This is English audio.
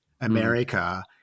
America –